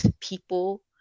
people